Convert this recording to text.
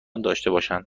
باشد